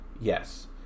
yes